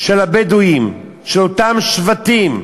של הבדואים מאותם שבטים,